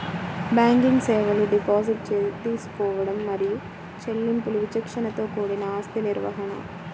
banking సేవలు deposit తీసుకోవడం మరియు చెల్లింపులు విచక్షణతో కూడిన ఆస్తి నిర్వహణ,